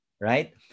Right